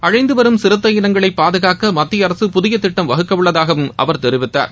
அழிந்து வரும் சிறுத்தை இனங்களை பாதுகாக்க மத்திய அரசு புதிய திட்டம் வகுக்க உள்ளதாகவும் அவர் தெரிவித்துள்ளார்